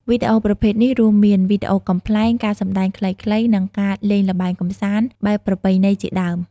វីដេអូប្រភេទនេះរួមមាន វីដេអូកំប្លែង ការសម្តែងខ្លីៗ និងការលេងល្បែងកម្សាន្តបែបប្រពៃណីជាដើម។